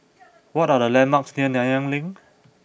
what are the landmarks near Nanyang Link